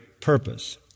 purpose